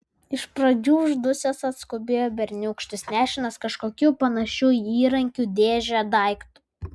iš pradžių uždusęs atskubėjo berniūkštis nešinas kažkokiu panašiu į įrankių dėžę daiktu